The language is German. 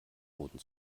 boden